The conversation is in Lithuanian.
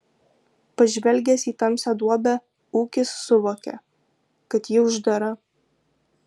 pažvelgęs į tamsią duobę ūkis suvokė kad ji uždara